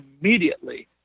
immediately